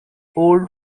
old